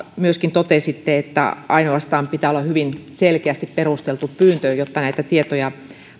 myöskin totesitte että ainoastaan pitää olla hyvin selkeästi perusteltu pyyntö jotta näitä tietoja